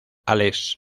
álex